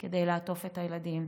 כדי לעטוף את הילדים,